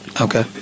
okay